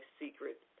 secret